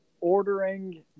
ordering